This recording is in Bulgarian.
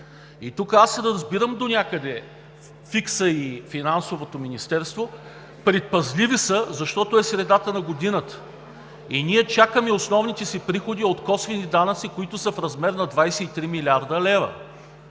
Тук разбирам донякъде фиска и Финансовото министерство – предпазливи са, защото е средата на годината и ние чакаме основните си приходи от косвени данъци, които са в размер на 23 млрд. лв.